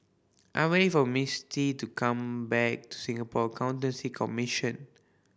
I'm waiting for Misti to come back Singapore Accountancy Commission